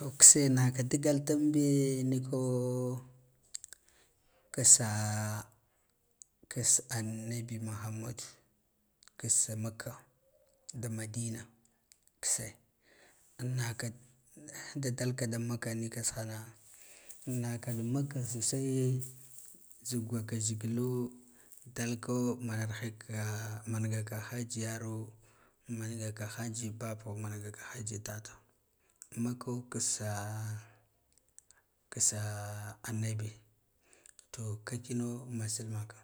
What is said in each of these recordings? To kishe naka digal damɓe niko kisaa kis annabi muhammadu sallallahu alaihi wasallam kis makka da madina kise inaka da dalka da makka nika rishana an naka da makka sosai jhugwasa gazgila dako mana heka mangaka hajjiyaro mangaka hajji babao mangaka hajji dada manka kissa-kissa annabi sallallahu alaihi wasallam to kakina masalmaka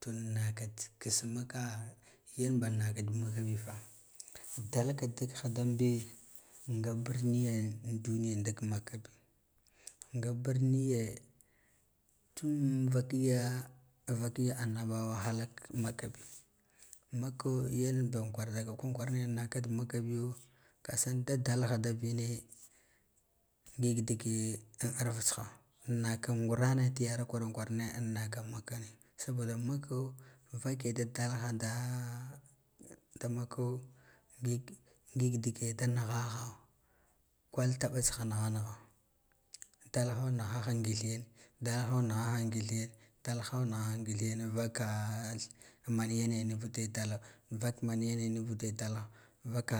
ton naka kiss makka ganbanna ka dalka dikha danbe nga barniy an duniya ndik malakabi nga biriye tun ga vakye vakye annabawa halau makkabi makko yanban an kwardaka kwaran kwarane naka biyo kasan da dalha da vine ngig de an arvatsiha naka gurana diyar kwaran kwarane naka makkani sabo da mukka vake da dalha da da mukko ngig dige da nighaha kwaltaba tsiha nigha nigha dalhi nighaha ngidhe, dalho nghaha ngiɗhe, dalho nigha ha ngiɗhe ka manyene van mangen nuvude dalha vak manya n nuvude dalha vaka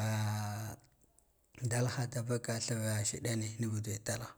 dalha da vaka ɗuva she ɗane nuvud dalha.